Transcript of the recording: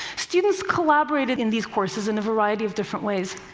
students collaborated in these courses in a variety of different ways.